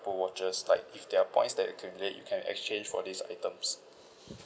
apple watches like if there're points that accumulate you can exchange for these items